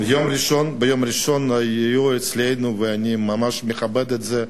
ביום ראשון היו אצלנו, ואני ממש מכבד את זה,